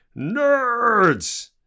nerds